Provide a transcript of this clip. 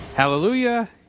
Hallelujah